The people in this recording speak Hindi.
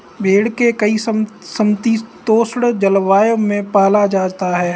भेड़ को कई समशीतोष्ण जलवायु में पाला जा सकता है